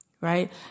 right